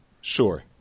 Sure